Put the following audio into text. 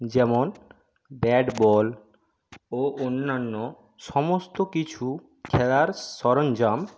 যেমন bat ball ও অন্যান্য সমস্ত কিছু খেলার সরঞ্জাম